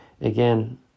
Again